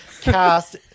cast